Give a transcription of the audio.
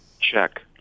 check